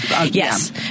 Yes